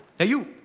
hey, you,